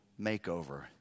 makeover